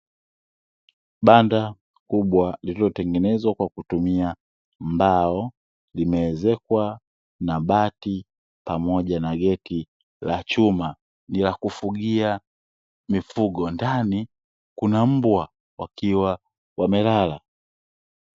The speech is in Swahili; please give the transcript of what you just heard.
Banda kubwa lililotengenezwa kwa kutumia mbao, limeezekwa na bati pamoja na geti la chuma la kufugia mifugo ndani kuna mbwa wakiwa wamelala.